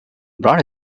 broad